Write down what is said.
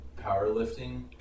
powerlifting